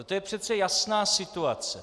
Toto je přece jasná situace.